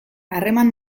harreman